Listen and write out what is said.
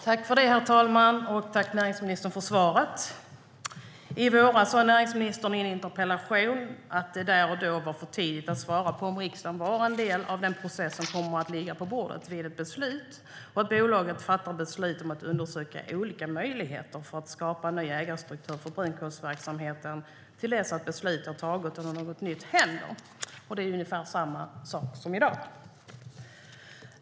Herr talman! Jag tackar näringsministern för svaret. I våras sa näringsministern i en interpellationsdebatt att det där och då var för tidigt att svara på om riksdagen var en del av den process som kommer att ligga på bordet vid ett beslut och att bolaget fattat beslut om att undersöka olika möjligheter att skapa en ny ägarstruktur för brunkolsverksamheten till dess att beslut har tagits och något nytt händer. Och det är ungefär samma sak i dag.